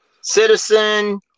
citizen